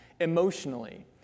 emotionally